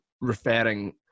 referring